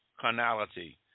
carnality